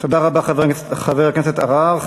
תודה רבה, חבר הכנסת אבו עראר.